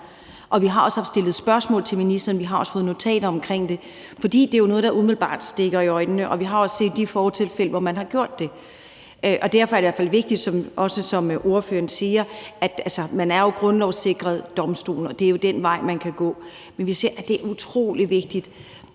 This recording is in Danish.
og vi har stillet spørgsmål til ministeren, og vi har også fået et notat omkring det, for det er jo noget, der umiddelbart stikker i øjnene, og vi har også set de fortilfælde, hvor man har gjort det. Derfor er det i hvert fald vigtigt, som ordføreren også siger, at man er grundlovssikret ved domstolene, og det er jo den vej, man kan gå. Men vi ser, at det er utrolig vigtigt,